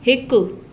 हिकु